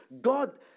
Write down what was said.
God